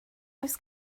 oes